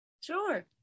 Sure